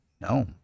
No